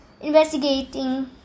investigating